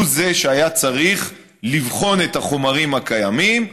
שהיה צריך לבחון את החומרים הקיימים,